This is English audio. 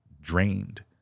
drained